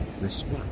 respect